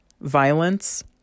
violence